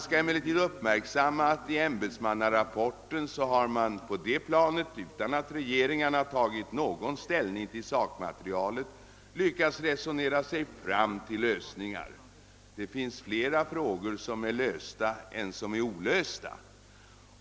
Det bör emellertid uppmärksammas att i ämbetsmannarapporten har man — alltså på det planet, utan att regeringarna har tagit någon ställning till sakmaterialet — lyckats resonera sig fram till lösningar. Det finns flera frågor som är lösta än som är olösta.